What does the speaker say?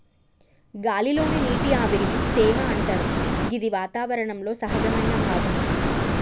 గాలి లోని నీటి ఆవిరిని తేమ అంటరు గిది వాతావరణంలో సహజమైన భాగం